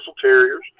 Terriers